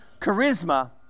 charisma